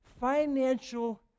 financial